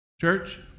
Church